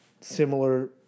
similar